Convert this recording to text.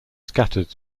scattered